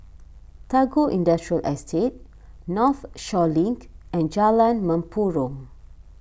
Tagore Industrial Estate Northshore Link and Jalan Mempurong